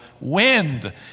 wind